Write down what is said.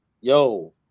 yo